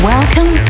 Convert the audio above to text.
Welcome